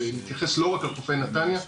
ואתייחס לא רק על חופי נתניה,